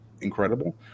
incredible